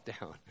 down